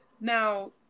Now